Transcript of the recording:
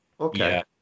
Okay